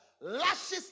lashes